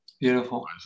Beautiful